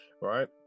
right